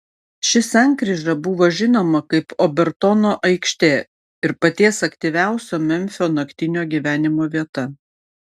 ši sankryža buvo žinoma kaip obertono aikštė ir paties aktyviausio memfio naktinio gyvenimo vieta